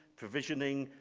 provisioning,